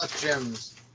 gems